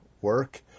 work